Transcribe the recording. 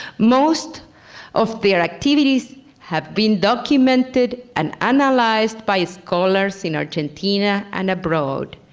most of their activities have been documented and analyzed by scholars in argentina and abroad,